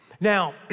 Now